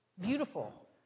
beautiful